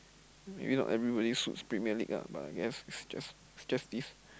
maybe not everybody suits Premier-League lah but I guess it's just it's just this